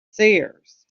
seers